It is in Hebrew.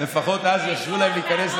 לפחות אז יאשרו להם להיכנס,